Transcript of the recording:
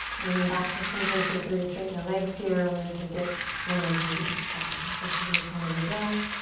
and then back to center, feel free to straighten the legs here. we're gonna take it one more time to each side and just listen to the sound of your breath.